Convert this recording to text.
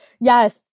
Yes